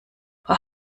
frau